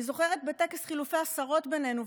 אני זוכרת שבטקס חילופי השרות בינינו,